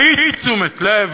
באי-תשומת-לב.